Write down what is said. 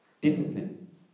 discipline